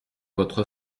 votre